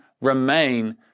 remain